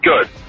good